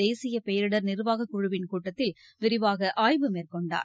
தேசியபேரிடர் நிர்வாககுழவின் கூட்டத்தில் விரிவாகஆய்வு மேற்கொண்டார்